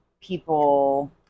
people